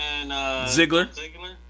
Ziggler